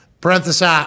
parenthesis